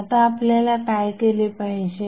आता आपल्याला काय केले पाहिजे